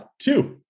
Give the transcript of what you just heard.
two